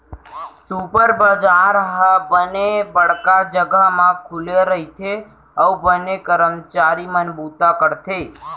super bazaar ह बने बड़का जघा म खुले रइथे अउ बने करमचारी मन बूता करथे